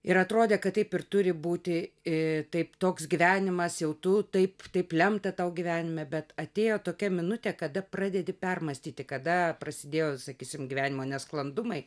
ir atrodė kad taip ir turi būti ee taip toks gyvenimas jau tu taip taip lemta tau gyvenime bet atėjo tokia minutė kada pradedi permąstyti kada prasidėjo sakysim gyvenimo nesklandumai